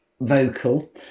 vocal